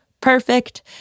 Perfect